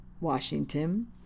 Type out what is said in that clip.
Washington